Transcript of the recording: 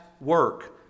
work